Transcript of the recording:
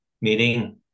meeting